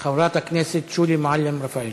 חברת הכנסת שולי מועלם-רפאלי,